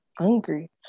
angry